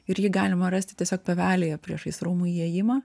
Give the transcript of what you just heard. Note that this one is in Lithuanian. ir jį galima rasti tiesiog pievelėje priešais rūmų įėjimą